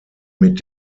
mit